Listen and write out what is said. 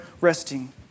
resting